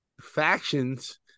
factions